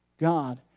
God